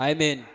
Amen